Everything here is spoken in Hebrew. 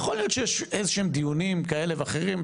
איך יכול להיות שיש איזשהם דיונים כאלה ואחרים,